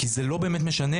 כי זה לא באמת משנה,